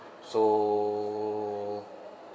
so